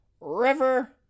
River